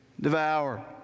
devour